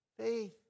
faith